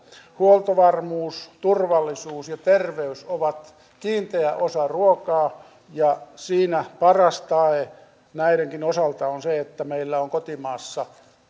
huoltovarmuus turvallisuus ja terveys ovat kiinteä osa ruokaa ja siinä paras tae näidenkin osalta on se että meillä on kotimaassa